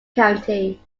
county